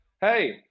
hey